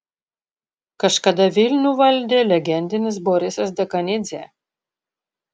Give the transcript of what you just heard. kažkada vilnių valdė legendinis borisas dekanidzė